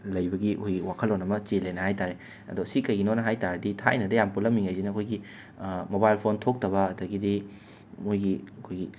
ꯂꯩꯕꯒꯤ ꯑꯩꯈꯣꯏꯒꯤ ꯋꯥꯈꯜꯂꯣꯟ ꯑꯃ ꯆꯦꯜꯂꯦꯅ ꯍꯥꯏꯕ ꯇꯥꯔꯦ ꯑꯗꯣ ꯁꯤ ꯀꯩꯒꯤꯅꯣꯅ ꯍꯥꯏꯕ ꯇꯥꯔꯗꯤ ꯊꯥꯏꯅꯗ ꯌꯥꯝꯅ ꯄꯨꯜꯂꯝꯃꯤꯉꯩꯁꯤꯅ ꯑꯩꯈꯣꯏꯒꯤ ꯃꯣꯕꯥꯏꯜ ꯐꯣꯟ ꯊꯣꯛꯇꯕ ꯑꯗꯒꯤꯗꯤ ꯃꯣꯏꯒꯤ ꯑꯩꯈꯣꯏꯒꯤ